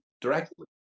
directly